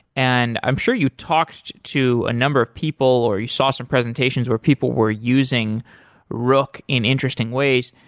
and i'm sure you talked to a number of people or you saw some presentations where people were using rook in interesting ways.